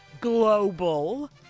global